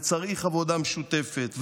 וצריך עבודה משותפת,